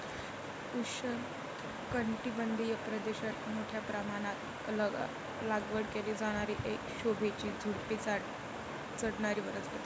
उष्णकटिबंधीय प्रदेशात मोठ्या प्रमाणात लागवड केली जाणारी एक शोभेची झुडुपी चढणारी वनस्पती